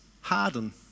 harden